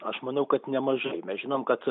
aš manau kad nemažai mes žinom kad